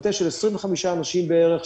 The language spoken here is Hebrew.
מטה של 25 אנשים בערך,